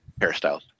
Hairstyles